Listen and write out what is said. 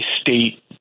state